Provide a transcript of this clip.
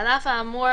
לעניין מעצר הימים,